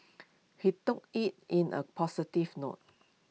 he took IT in A positive note